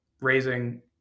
raising